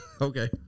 Okay